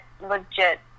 legit